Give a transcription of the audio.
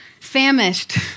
famished